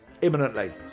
imminently